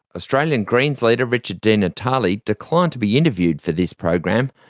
australian greens leader richard di natale declined to be interviewed for this program,